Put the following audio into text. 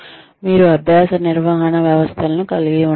మీరు అభ్యాస నిర్వహణ వ్యవస్థలను కలిగి ఉండవచ్చు